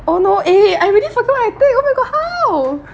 oh no eh I really forgot what I take oh my god how